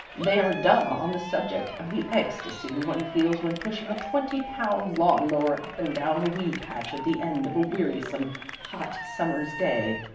they are dumb on the subject of the ecstasy one feels when pushing a twenty-pound lawn-mower up and down a weed patch at the end of a wearisome hot summer's day.